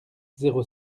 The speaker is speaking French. zéro